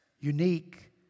unique